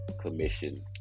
commission